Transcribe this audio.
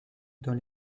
dans